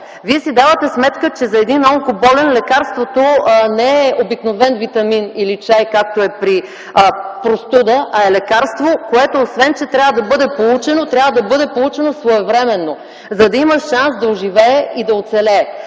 Вие си давате сметка, че за един онкоболен лекарството не е обикновен витамин или чай, както е при простуда, а е лекарство, което освен че трябва да бъде получено, трябва да бъде получено своевременно, за да има шанс да оживее и да оцелее.